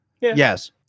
Yes